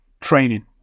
training